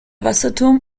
wasserturm